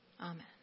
Amen